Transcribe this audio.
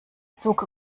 zug